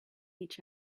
each